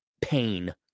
pain